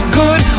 good